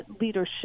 leadership